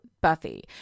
Buffy